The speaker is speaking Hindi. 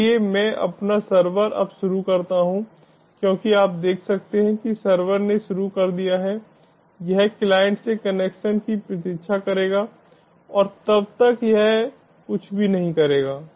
इसलिए मैं अपना सर्वर अब शुरू करता हूं क्योंकि आप देख सकते हैं कि सर्वर ने शुरू कर दिया है यह क्लाइंट से कनेक्शन की प्रतीक्षा करेगा और तब तक यह कुछ भी नहीं करेगा